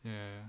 ya